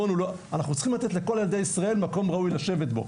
אנחנו צריכים לתת לכל ילדי ישראל מקום ראוי לשבת בו,